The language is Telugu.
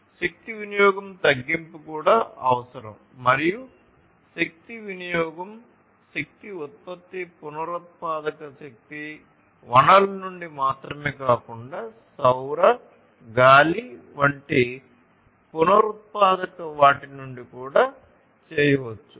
శక్తి వినియోగం తగ్గింపు కూడా అవసరం మరియు శక్తి వినియోగం శక్తి ఉత్పత్తి పునరుత్పాదక శక్తి వనరుల నుండి మాత్రమే కాకుండా సౌర గాలి వంటి పునరుత్పాదక వాటి నుండి కూడా చేయవచ్చు